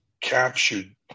captured